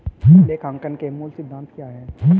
लेखांकन के मूल सिद्धांत क्या हैं?